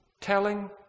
Telling